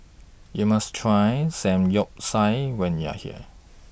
YOU must Try Samgyeopsal when YOU Are here